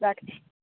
রাখছি